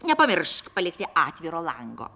nepamiršk palikti atviro lango